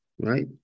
right